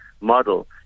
model